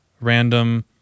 random